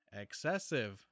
Excessive